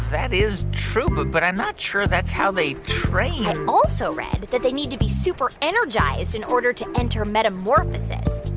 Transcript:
that is true. but but i'm not sure that's how they train i also read that they need to be super energized in order to enter metamorphosis.